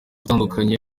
atandukanye